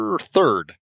third